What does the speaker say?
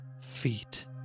feet